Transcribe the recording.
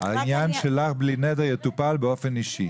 העניין שלך, בלי נדר, יטופל באופן אישי.